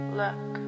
look